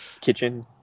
kitchen